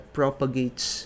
propagates